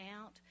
out